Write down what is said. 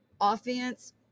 Offense